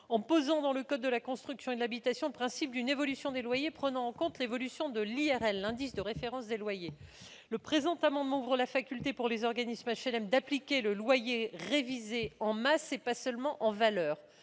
en posant dans le code de la construction et de l'habitation le principe d'une évolution des loyers prenant en compte l'évolution de l'IRL, l'indice de référence des loyers. Le présent amendement ouvre la faculté pour les organismes d'HLM d'appliquer le loyer révisé en masse et pas seulement en valeur